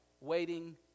waiting